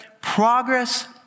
progress